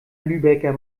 lübecker